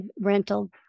rental